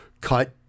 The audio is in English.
cut